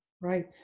Right